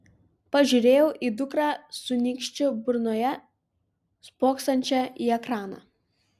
pažiūrėjau į dukrą su nykščiu burnoje spoksančią į ekraną